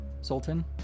Sultan